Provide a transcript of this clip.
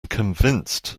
convinced